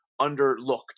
underlooked